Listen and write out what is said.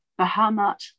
Bahamut